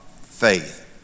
faith